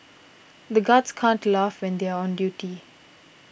the guards can't to laugh when they are on duty